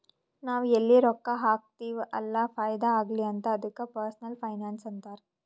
ನಾವ್ ಎಲ್ಲಿ ರೊಕ್ಕಾ ಹಾಕ್ತಿವ್ ಅಲ್ಲ ಫೈದಾ ಆಗ್ಲಿ ಅಂತ್ ಅದ್ದುಕ ಪರ್ಸನಲ್ ಫೈನಾನ್ಸ್ ಅಂತಾರ್